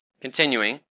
continuing